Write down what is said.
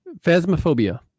phasmophobia